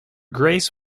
grace